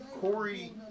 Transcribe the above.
Corey